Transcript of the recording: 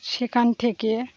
সেখান থেকে